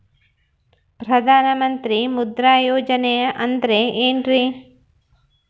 ಪ್ರಧಾನ ಮಂತ್ರಿ ಮುದ್ರಾ ಯೋಜನೆ ಅಂದ್ರೆ ಏನ್ರಿ?